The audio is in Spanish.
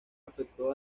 afectó